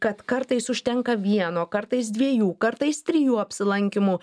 kad kartais užtenka vieno kartais dviejų kartais trijų apsilankymų